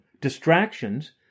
Distractions